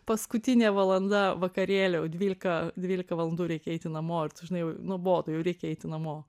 paskutinė valanda vakarėlio jau dvylika dvylika valandų reikia eiti namo ir tu žinai jau nuobodu jau reikia eiti namo